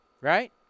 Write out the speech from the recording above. right